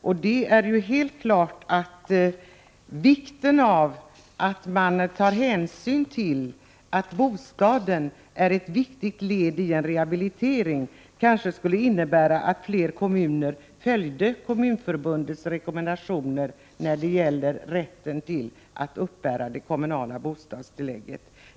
Om man tog hänsyn till att bostaden är ett viktigt led när det gäller rehabilitering skulle det medföra att fler kommuner följde Kommunförbundets rekommendationer när det gäller rätten till kommunalt bostadstillägg.